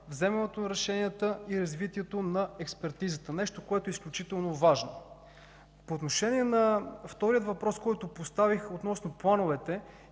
вземането на решенията и развитието на експертизата – нещо, което е изключително важно. По отношение на втория въпрос, който поставих – относно плановете